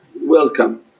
welcome